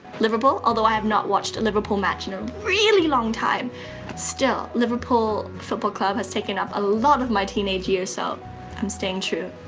liverpool although i have not watched a liverpool match in a really long time still, liverpool football club has taken a lot of my teenage years so i'm staying true